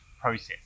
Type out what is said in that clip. process